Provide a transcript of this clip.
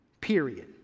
period